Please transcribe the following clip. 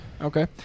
Okay